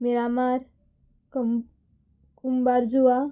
Miramar cum Kumbharjua